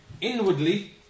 Inwardly